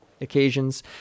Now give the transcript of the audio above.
occasions